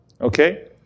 okay